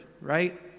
right